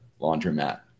laundromat